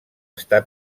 està